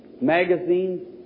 magazines